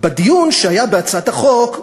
בדיון שהיה בהצעת החוק,